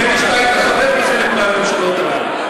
נדמה לי שאתה היית חבר בחלק מהממשלות האלה,